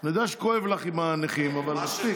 אני יודע שכואב לך עם הנכים, אבל מספיק.